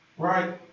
Right